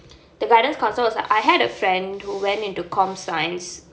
the guidance counsel was like I had a friend who went into computer science